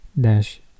dash